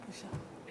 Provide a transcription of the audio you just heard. בבקשה.